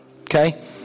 Okay